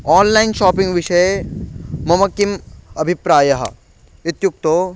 online shopping विषये मम किम् अभिप्रायः इत्युक्तौ